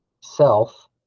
self